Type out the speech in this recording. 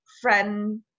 friend